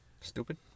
Stupid